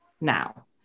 Now